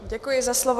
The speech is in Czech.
Děkuji za slovo.